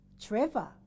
Trevor